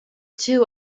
two